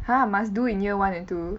!huh! must do in year one and two